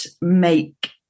make